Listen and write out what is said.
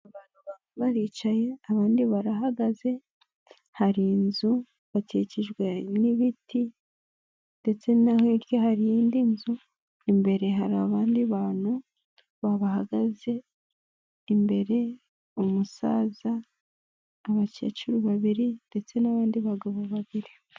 Baricaye, abandi barahagaze, hari inzu ,bakikijwe n'ibiti ndetse no hirya hari indi nzu, imbere hari abandi bantu, babahagaze imbere, umusaza abakecuru babiri ndetse n'abandi bagabo babiri.